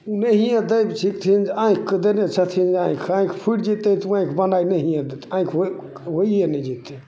नहिये दै छिकथिन आँखिके देने छथिन जे आँखि आँखि फुटि जेतय तऽ ओ आँखि बनाय नहिये देथिन आँखि होइ होइये नहि देतय